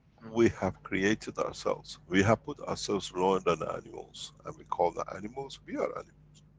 we have created ourselves we have put ourselves lower than the animals, and we call the animals we are animals,